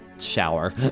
shower